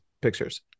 pictures